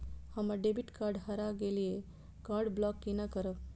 हमर debit card हरा गेल ये कार्ड ब्लॉक केना करब?